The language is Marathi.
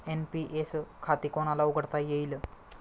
एन.पी.एस खाते कोणाला उघडता येईल?